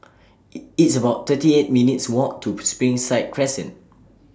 IT It's about thirty eight minutes' Walk to Springside Crescent